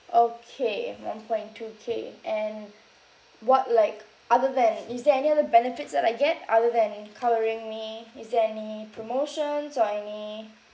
okay one point two K and what like other than is there any other benefits that I get other than covering me is there any promotions or any